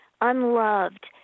unloved